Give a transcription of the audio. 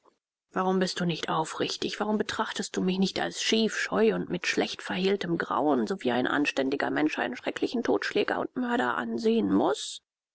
warum bist du nicht aufrichtig warum betrachtest du mich nicht schief scheu und mit schlecht verhehltem grauen sowie ein anständiger mensch einen schrecklichen totschläger und mörder ansehen muß